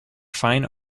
fine